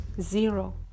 zero